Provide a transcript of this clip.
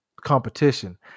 competition